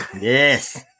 Yes